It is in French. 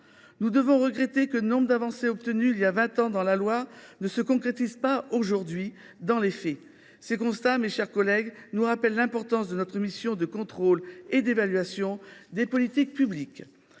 Nous regrettons que de nombreuses avancées obtenues il y a vingt ans dans la loi ne se concrétisent pas aujourd’hui dans les faits. Ce constat, mes chers collègues, nous rappelle l’importance de notre mission de contrôle et d’évaluation des politiques publiques.